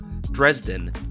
Dresden